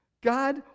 God